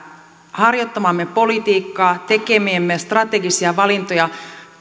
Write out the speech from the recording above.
harjoittamaamme politiikkaa tekemiämme strategisia valintoja